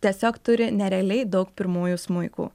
tiesiog turi nerealiai daug pirmųjų smuikų